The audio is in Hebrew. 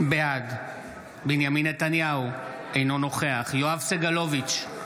בעד בנימין נתניהו, אינו נוכח יואב סגלוביץ'